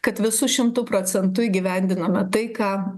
kad visu šimtu procentu įgyvendinome tai ką